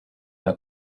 una